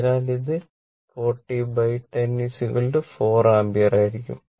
അതിനാൽ ഇത് 4010 4 ആമ്പിയർ ആയിരിക്കും